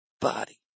body